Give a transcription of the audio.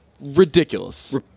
Ridiculous